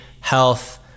health